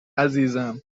عزیزم